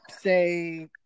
say